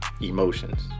emotions